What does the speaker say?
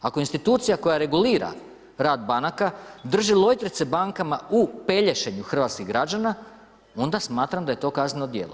Ako institucija koja regulira rad banaka drži lojtrice bankama u pelješenju hrvatskih građana, onda smatram da je to kazneno djelo.